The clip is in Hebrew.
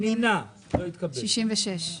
אני לא מבין למה אתה נותן לנמק הסתייגויות שלא קשורות לחוק.